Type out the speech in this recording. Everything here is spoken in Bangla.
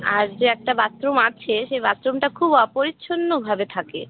আর যে একটা বাথরুম আছে সেই বাথরুমটা খুব অপরিচ্ছন্নভাবে থাকে